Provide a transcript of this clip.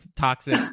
Toxic